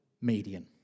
median